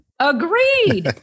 Agreed